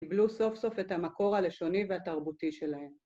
קיבלו סוף סוף את המקור הלשוני והתרבותי שלהם.